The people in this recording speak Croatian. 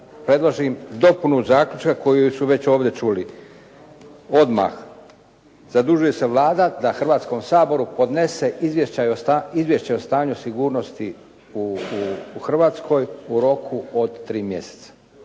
predložim dopunu zaključka koju su već ovdje čuli. Odmah. Zadužuje se Vlada da Hrvatskom saboru podnese izvješće o stanju sigurnosti u Hrvatskoj u roku od 3 mjeseca.